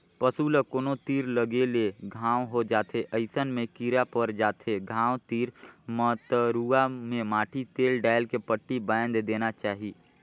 पसू ल कोनो तीर लगे ले घांव हो जाथे अइसन में कीरा पर जाथे घाव तीर म त रुआ में माटी तेल डायल के पट्टी बायन्ध देना चाही